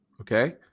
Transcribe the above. okay